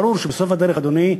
ברור שבסוף הדרך, אדוני,